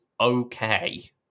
okay